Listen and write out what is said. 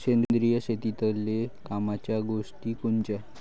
सेंद्रिय शेतीतले कामाच्या गोष्टी कोनच्या?